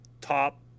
top